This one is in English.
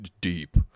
deep